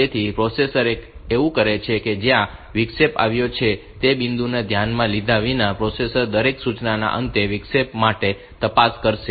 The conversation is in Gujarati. તેથી પ્રોસેસર એવું કરે છે કે તે જ્યાં વિક્ષેપ આવ્યો છે બિંદુને ધ્યાનમાં લીધા વિના પ્રોસેસર દરેક સૂચનાના અંતે વિક્ષેપ માટે તપાસ કરશે